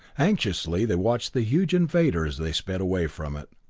anxiously they watched the huge invader as they sped away from it.